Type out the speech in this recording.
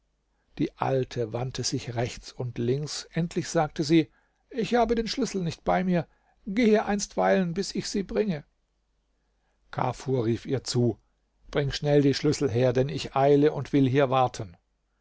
die alte wandte sich rechts und links endlich sagte sie ich habe die schlüssel nicht bei mir gehe einstweilen bis ich sie bringe kafur rief ihr zu bring schnell die schlüssel her denn ich eile und will hier warten